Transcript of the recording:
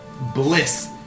bliss